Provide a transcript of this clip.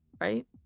right